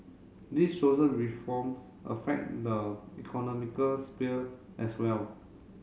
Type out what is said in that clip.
these social reforms affect the economical sphere as well